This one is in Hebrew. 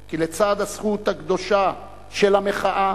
כי לצד הזכות הקדושה של המחאה,